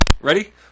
Ready